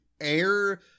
air